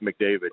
McDavid